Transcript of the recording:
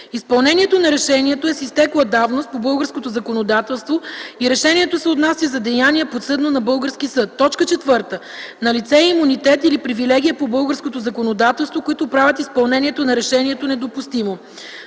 изпълнението на решението е с изтекла давност по българското законодателство и решението се отнася за деяние, подсъдно на български съд; 4. налице е имунитет или привилегия по българското законодателство, които правят изпълнението на решението недопустимо;